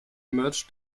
emerged